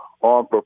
on